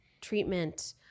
Treatment